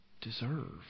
deserve